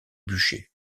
bûcher